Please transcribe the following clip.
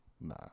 Nah